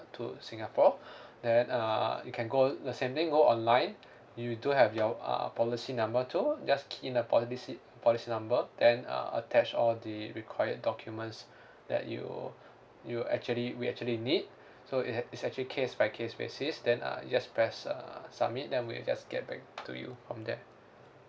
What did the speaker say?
to singapore then uh you can go the same thing go online you do have your err policy number too just key in the policy policy number then uh attach all the required documents that you you actually we actually need so it had it's actually case by case basis then uh you just press uh submit then we just get back to you from there